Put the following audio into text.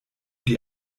die